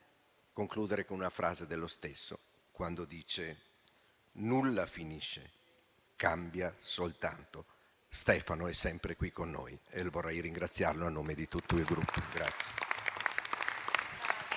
concluderei con una frase dello stesso quando dice che nulla finisce, cambia soltanto. Stefano è sempre qui con noi e vorrei ringraziarlo a nome di tutto il Gruppo.